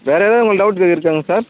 வேறு எதாவது உங்களுக்கு டவுட்டு இருக்காங் சார்